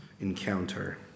encounter